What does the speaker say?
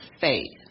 faith